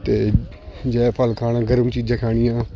ਅਤੇ ਜੈਫਲ ਖਾਣਾ ਗਰਮ ਚੀਜ਼ਾਂ ਖਾਣੀਆਂ